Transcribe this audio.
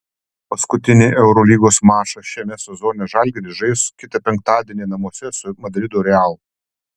paskutinį eurolygos mačą šiame sezone žalgiris žais kitą penktadienį namuose su madrido real